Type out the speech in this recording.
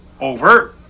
Over